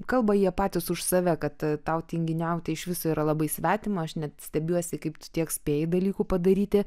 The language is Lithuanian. kalba jie patys už save kad tau tinginiauti iš viso yra labai svetima aš net stebiuosi kaip tu tiek spėji dalykų padaryti